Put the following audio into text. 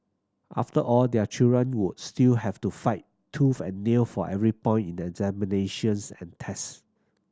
after all their children would still have to fight tooth and nail for every point in examinations and test